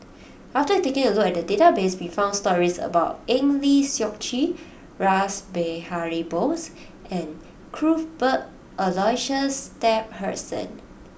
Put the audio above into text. after taking a look at the database we found stories about Eng Lee Seok Chee Rash Behari Bose and Cuthbert Aloysius Shepherdson